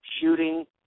shooting